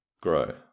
Grow